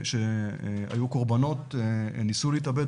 שהיו קורבנות ניסו להתאבד,